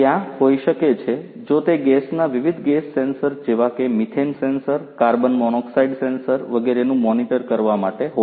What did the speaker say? ત્યાં હોઈ શકે છે જો તે ગેસના વિવિધ ગેસ સેન્સર જેવા કે methane sensor carbon monoxide sensor વગેરેનું મોનિટર કરવા માટે હોય